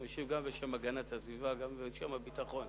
משיב גם בשם הגנת הסביבה וגם בשם הביטחון.